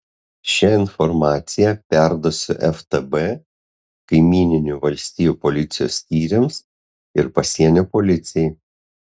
šią informaciją perduosiu ftb kaimyninių valstijų policijos skyriams ir pasienio policijai